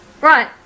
Right